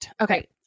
Okay